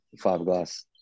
fiberglass